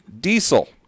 diesel